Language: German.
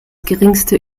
geringste